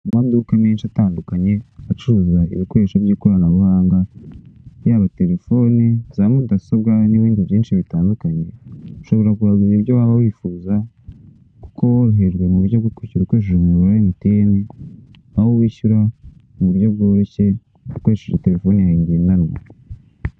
Amaduka menshi atandukanye acuruza ibikoresho by'ikoranabuhanga, yaba telefoni, za mudasobwa n'ibindi byinshi bitandukanye. Ushobora kuhagura ibyo waba wifuza kuko hemerwa uburyo bwo kwishyura ukoresheje umuyoboro wa emutiyeni, aho wishyura mu buryo bworoshye ukoresheje telefoni yawe ngendanwa.